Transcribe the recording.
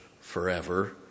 forever